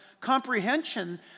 comprehension